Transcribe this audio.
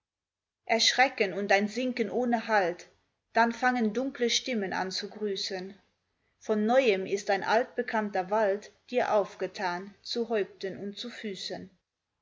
erschrecken und ein sinken ohne halt dann fangen dunkle stimmen an zu grüßen von neuem ist ein alt bekannter wald dir aufgetan zu häupten und zu füßen